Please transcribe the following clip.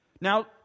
Now